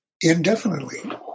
indefinitely